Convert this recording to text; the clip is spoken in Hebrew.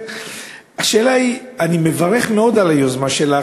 אני מברך מאוד על היוזמה שלך,